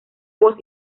voz